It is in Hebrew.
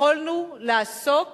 יכולנו לעסוק